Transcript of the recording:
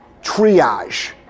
triage